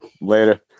Later